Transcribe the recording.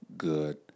good